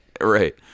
right